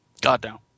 Goddamn